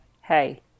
hey